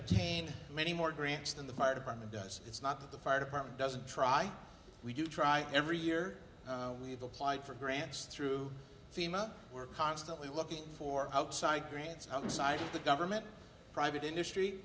obtain many more grants than the fire department does it's not that the fire department doesn't try we do try every year we've applied for grants through thema we're constantly looking for outside grants outside the government private industry